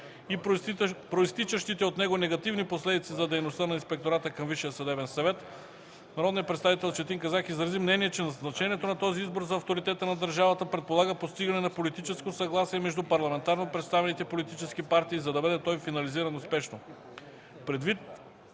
и произтичащите от него негативни последици за дейността на Инспектората към Висшия съдебен съвет, народният представител Четин Казак изрази мнение, че значението на този избор за авторитета на държавата предполага постигане на политическо съгласие между парламентарно представените политически партии, за да бъде той финализиран успешно.